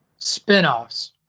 spinoffs